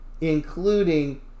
including